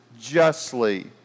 justly